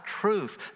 truth